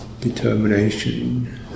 determination